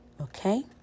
Okay